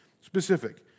specific